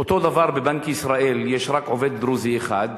אותו דבר בבנק ישראל, יש רק עובד דרוזי אחד.